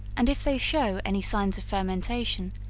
and if they show any signs of fermentation,